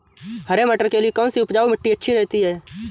हरे मटर के लिए कौन सी उपजाऊ मिट्टी अच्छी रहती है?